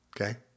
Okay